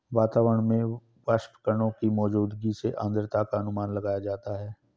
वातावरण में वाष्पकणों की मौजूदगी से आद्रता का अनुमान लगाया जाता है